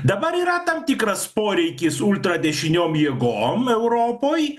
dabar yra tam tikras poreikis ultradešiniosiom jėgom europoj